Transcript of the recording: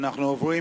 אנחנו עוברים